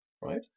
right